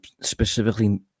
specifically